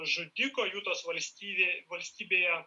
žudiko jutos valstybė valstybėje